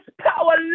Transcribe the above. power